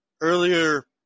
earlier